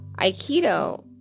Aikido